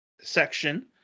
section